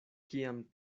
kiam